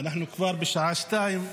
אנחנו כבר בשעה 02:00,